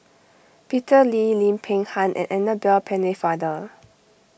Peter Lee Lim Peng Han and Annabel Pennefather